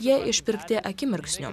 jie išpirkti akimirksniu